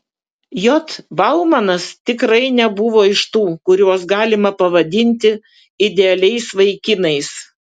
j baumanas tikrai nebuvo iš tų kuriuos galima pavadinti idealiais vaikinais